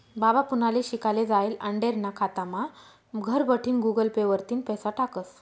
बाबा पुनाले शिकाले जायेल आंडेरना खातामा घरबठीन गुगल पे वरतीन पैसा टाकस